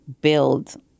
build